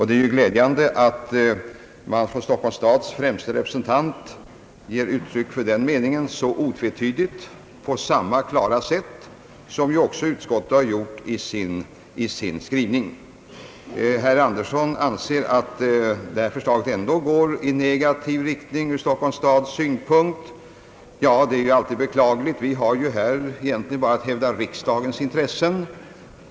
Det är glädjande att Stockholms stads främste representant ger uttryck för den meningen så otvetydigt och på samma klara sätt som utskottet gjort i sin skrivning. Herr Anderson anser att förslaget dock går i negativ riktning ur Stockholms stads synpunkt. Det är beklagligt — vi har ju här egentligen bara att hävda riksdagens intressen.